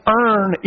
earn